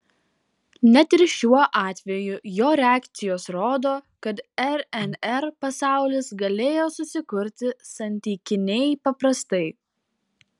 net ir šiuo atveju jo reakcijos rodo kad rnr pasaulis galėjo susikurti santykiniai paprastai